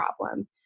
problem